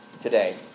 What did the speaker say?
today